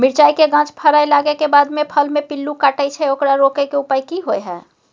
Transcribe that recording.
मिरचाय के गाछ फरय लागे के बाद फल में पिल्लू काटे छै ओकरा रोके के उपाय कि होय है?